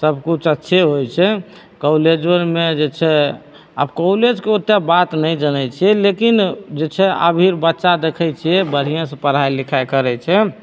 सब किछु अच्छे होइत छै कौलेजो आरमे जे छै आ कौलेजके ओतेक बात नहि जनैत छियै लेकिन जे छै अभी रऽ बच्चा देखैत छियै बढ़िएँ से पढ़ाइ लिखाइ करैत छै